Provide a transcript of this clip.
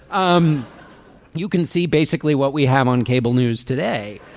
um you can see basically what we have on cable news today.